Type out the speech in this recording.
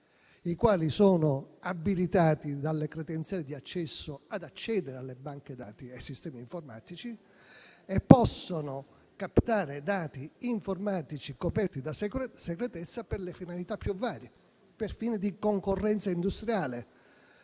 i quali sono abilitati, tramite credenziali, ad accedere alle banche dati e ai sistemi informatici e possono captare dati informatici coperti da segretezza per le finalità più varie: per fini di concorrenza industriale,